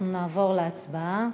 אנחנו נעבור להצבעה,